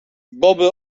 boby